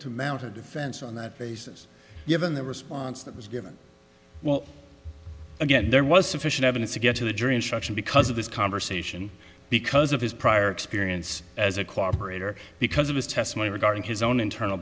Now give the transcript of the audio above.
to mount a defense on that basis given the response that was given well again there was sufficient evidence to get to a jury instruction because of this conversation because of his prior experience as a collaborator because of his testimony regarding his own internal